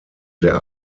der